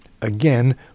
again